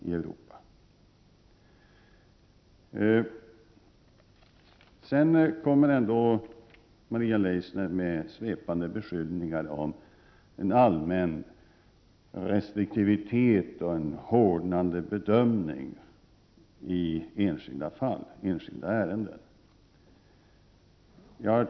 Trots detta kommer Maria Leissner ändå med svepande beskyllningar om en allmän restriktivitet och en hårdnande bedömning i enskilda ärenden.